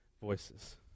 voices